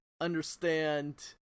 understand